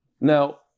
Now